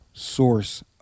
Source